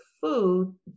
food